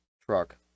truck